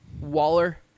waller